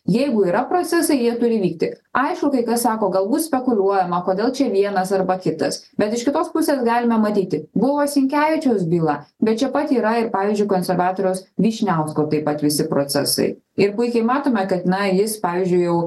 jeigu yra procesai jie turi vykti aišku kai kas sako galbūt spekuliuojama kodėl čia vienas arba kitas bet iš kitos pusės galime matyti buvo sinkevičiaus byla bet čia pat yra ir pavyzdžiui konservatoriaus vyšniausko taip pat visi procesai ir puikiai matome kad na jis pavyzdžiui jau